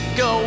go